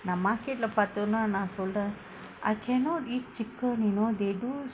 the market lah பாதோனா நா சொல்ர:pathona na solra I cannot eat chicken you know they do